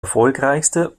erfolgreichste